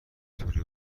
تور